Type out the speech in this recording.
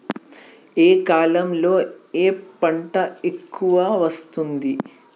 ఏ కాలంలో ఏ పంట ఎక్కువ వస్తోంది?